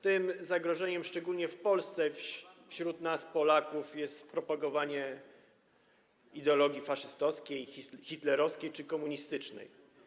Tym zagrożeniem szczególnie w Polsce, wśród nas, Polaków, jest propagowanie ideologii faszystowskiej, hitlerowskiej czy komunistycznej.